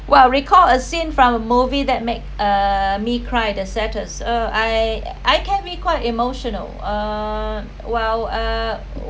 while recall a scene from a movie that make uh me cry the saddest uh I I can be quite emotional uh while uh